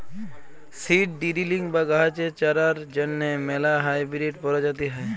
seed drilling বা গাহাচের চারার জ্যনহে ম্যালা হাইবিরিড পরজাতি হ্যয়